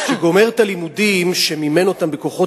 שגומר את הלימודים שמימן אותם בכוחות